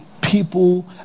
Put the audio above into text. people